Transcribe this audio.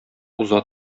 уза